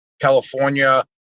California